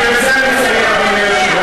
ובזה אני מסיים, אדוני היושב-ראש.